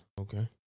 Okay